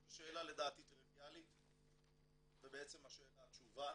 זו שאלה לדעתי טריוויאלית ובעצם השאלה התשובה.